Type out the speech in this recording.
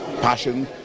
passion